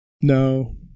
No